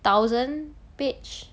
thousand page